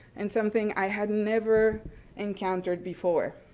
and something i had never encountered before.